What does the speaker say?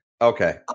Okay